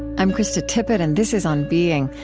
i'm krista tippett, and this is on being.